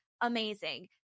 amazing